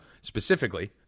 specifically